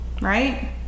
right